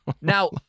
Now